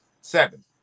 seven